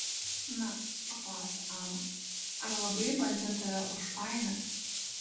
na paklausė ana ar labai bandė tave užpainioti